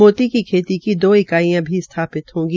मोती की खेती की दो इकाइयां भी स्थापित होगी